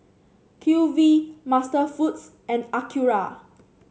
Q V MasterFoods and Acura